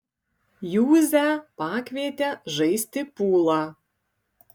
juzę pakvietė žaisti pulą